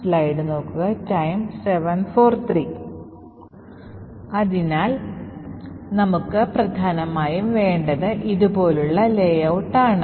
അതിനാൽ നമുക്ക് പ്രധാനമായും വേണ്ടത് ഇതു പോലെയുള്ള ലേഔട്ട് ആണ്